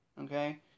okay